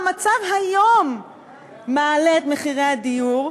המצב היום מעלה את מחירי הדיור,